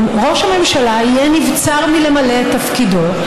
נבצר יהיה מראש הממשלה מלמלא את תפקידו,